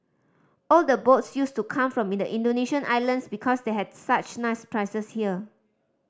all the boats used to come from Indonesian islands because they had such nice prizes here